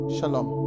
Shalom